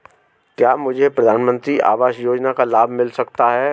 क्या मुझे प्रधानमंत्री आवास योजना का लाभ मिल सकता है?